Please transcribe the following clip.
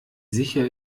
sicher